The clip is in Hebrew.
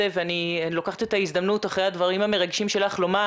ואני לוקחת את ההזדמנות אחרי הדברים המרגשים שלך לומר